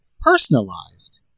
personalized